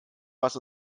was